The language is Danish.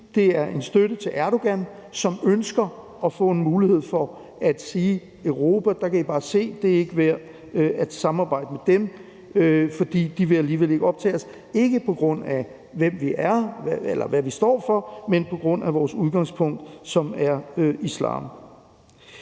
Det er en støtte til Erdogan, som ønsker at få en mulighed for sige: Der kan I bare se, Europa er ikke værd at samarbejde med, for de vil alligevel ikke optage os, ikke på grund af, hvad vi står for, men på grund af vores udgangspunkt, som er islam.